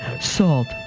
salt